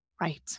right